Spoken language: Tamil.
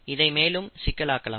இதை மேலும் சிக்கல் ஆக்கலாம்